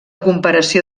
comparació